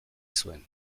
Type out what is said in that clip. zuen